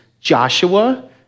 joshua